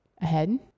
ahead